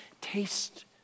taste